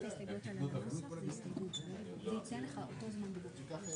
את הרוויזיות - כולל כמובן אופיר כץ,